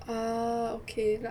ah okay lah